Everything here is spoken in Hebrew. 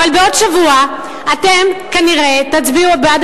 אבל בעוד שבוע אתם כנראה תצביעו בעד